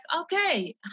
okay